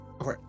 Okay